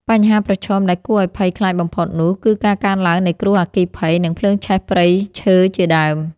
បញ្ហាប្រឈមដែលគួរឱ្យភ័យខ្លាចបំផុតនោះគឺការកើនឡើងនៃគ្រោះអគ្គីភ័យ និងភ្លើងឆេះព្រៃឈើជាដើម។